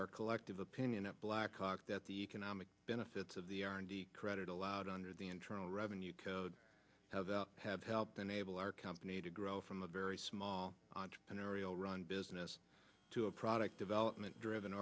our collective opinion that blackhawk that the economic benefits of the credit allowed under the internal revenue code have help enable our company to grow from a very small entrepreneurial run business to a product development driven